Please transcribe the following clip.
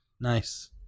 Nice